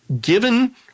given